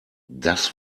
das